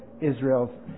Israel's